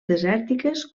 desèrtiques